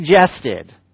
suggested